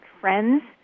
friends